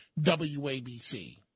WABC